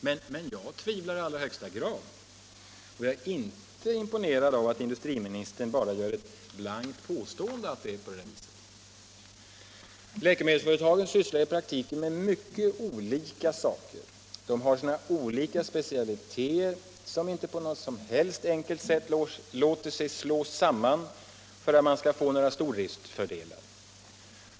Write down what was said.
Men jag tvivlar i allra högsta grad, och jag är inte imponerad av att industriministern bara gör ett blankt påstående om att det är på det viset. Läkemedelsföretagen sysslar i praktiken med mycket olika saker. De har sina olika specialiteter, som inte på något enkelt sätt låter sig slås samman för att man skall få några stordriftsfördelar.